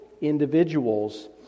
individuals